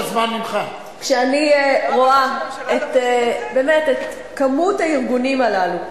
כשאני רואה את כמות הארגונים האלה,